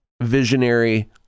visionary